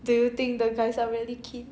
do you think the guys are really keen